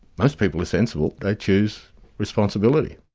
most people are sensible they choose responsibility.